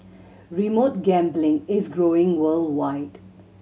remote gambling is growing worldwide